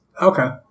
Okay